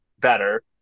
better